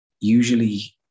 usually